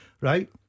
Right